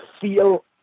feel